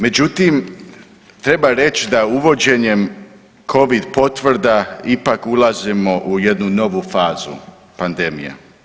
Međutim, treba reći da uvođenjem Covid potvrda ipak ulazimo u jednu novu fazu pandemije.